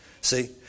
See